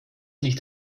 nicht